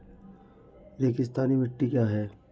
रेगिस्तानी मिट्टी क्या है?